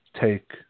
take